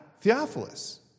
Theophilus